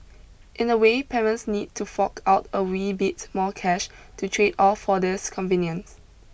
in a way parents need to fork out a wee bits more cash to trade off for this convenience